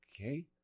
okay